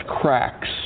cracks